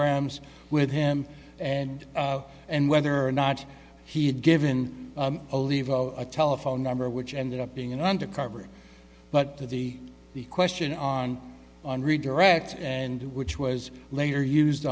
kilograms with him and and whether or not he had given a leave of a telephone number which ended up being an undercover but the the question on on redirect and which was later used